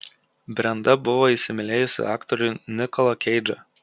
brenda buvo įsimylėjusi aktorių nikolą keidžą